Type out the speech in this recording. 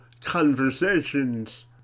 Conversations